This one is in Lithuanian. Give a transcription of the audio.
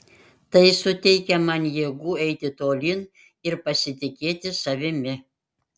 tai suteikia man jėgų eiti tolyn ir pasitikėti savimi